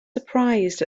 surprised